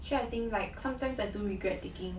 sure I think like sometimes I do regret taking